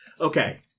Okay